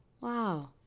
Wow